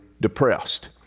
depressed